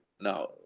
Now